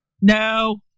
No